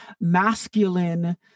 masculine